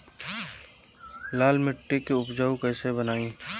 लाल मिट्टी के उपजाऊ कैसे बनाई?